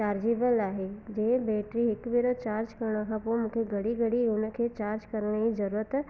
chargeable आहे जें battery हिकु भेरा चार्ज करण खां पोइ मूंखे घड़ी घड़ी हुन खे चार्ज करण जी ज़रूरत